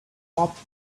off